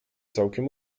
całkiem